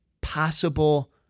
possible